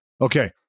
Okay